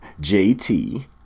JT